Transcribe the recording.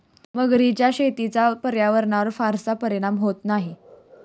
मगरीच्या शेतीचा पर्यावरणावर फारसा परिणाम होत नाही